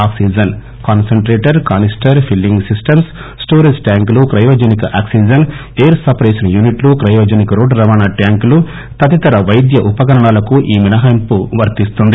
oxygen concentrator canister filling systems storage ట్యాంకులు cryogenic oxygen air separation యూనిట్లు cryogenic road రవాణా ట్యాంకులు తదితర వైద్య ఉపకరణాలకు ఈ మినాహయింపు వర్తిస్తుంది